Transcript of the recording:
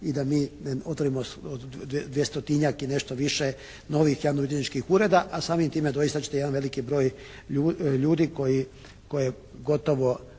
i da mi ne otvorimo 200-tinjak i nešto više novih javnobilježničkih ureda, a samim time doista će taj jedan veliki broj ljudi koje gotovo